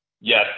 yes